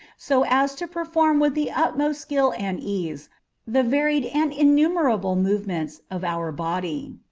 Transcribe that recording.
so as to perform with the utmost skill and ease the varied and innumerable movements of our body.